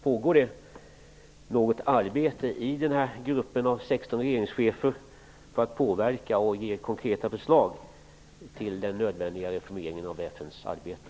Pågår det något arbete i denna grupp av 16 regeringschefer för att utöva påverkan och lämna konkreta förslag till den nödvändiga reformeringen av FN:s arbete?